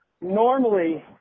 Normally